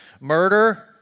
Murder